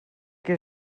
que